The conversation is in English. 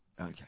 Okay